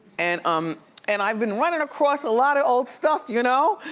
and um and i've been running across a lot of old stuff, you know?